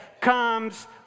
comes